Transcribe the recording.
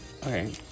Okay